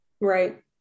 right